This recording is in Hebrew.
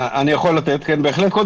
ואמרת ואנחנו בהחלט עושים את זה,